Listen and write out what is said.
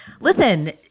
listen